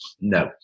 No